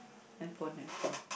handphone handphone